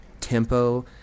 tempo